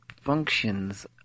functions